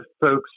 folks